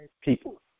people